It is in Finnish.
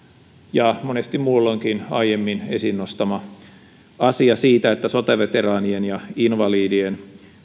ja monesti muulloinkin aiemmin esiin nostaman asian siitä että sotaveteraanien ja invalidien